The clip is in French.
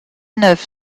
neuf